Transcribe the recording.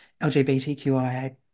LGBTQIA